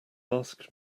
asked